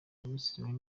minisitiri